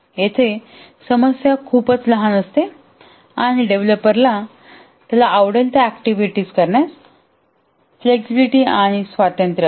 येथे समस्या खूपच लहान असते आणि डेव्हलपरला त्याला आवडेल त्या ऍक्टिव्हिटीज करण्यास फ्लेक्सिबिलिटी आणि स्वातंत्र्य आहे